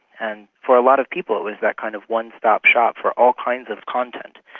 and for a lot of people it was that kind of one-stop shop for all kinds of content.